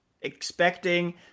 expecting